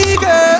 girl